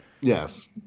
Yes